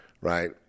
right